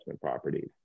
properties